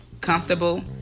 comfortable